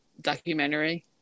documentary